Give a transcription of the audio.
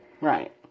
Right